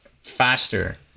faster